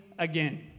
again